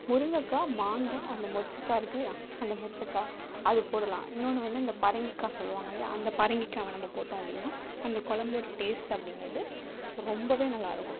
முருங்கக்காய் மாங்காய் அந்த மொச்சக்காய் இருக்கில்லையா அந்த மொச்சக்காய் அது போடலாம் இன்னோன்று வந்து இந்த பரங்கிக்காய் சொல்லுவாங்க இல்லையா அந்த பரங்கிக்காவை நம்ப போட்டோம் அப்படின்னா அந்த குலம்போட டேஸ்ட் அப்படிங்கிறது ரொம்பவே நல்லா இருக்கும்